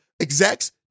execs